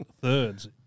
thirds